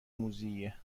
موذیه